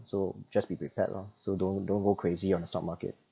so just be prepared lor so don't don't go crazy on the stock market